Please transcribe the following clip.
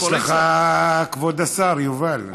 יש לך את כבוד השר, יובל.